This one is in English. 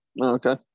Okay